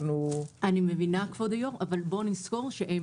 אני מבינה כבוד היו"ר אבל בואו נזכור שהם